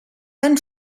tan